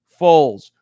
Foles